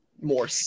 more